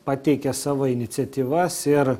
pateikė savo iniciatyvas ir